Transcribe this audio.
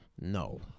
No